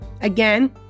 Again